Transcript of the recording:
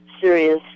serious